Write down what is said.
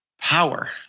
power